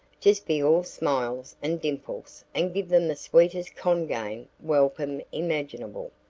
just be all smiles and dimples and give them the sweetest con game welcome imaginable.